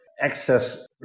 excess